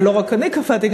ולא רק אני קבעתי,